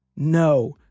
No